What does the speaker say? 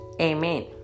Amen